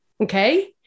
okay